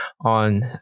on